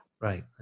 Right